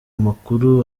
amakuru